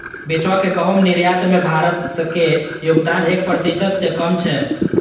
विश्व के गहूम निर्यात मे भारतक योगदान एक प्रतिशत सं कम छै